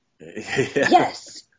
yes